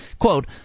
Quote